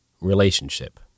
relationship